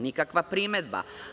Nikakva primedba.